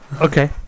Okay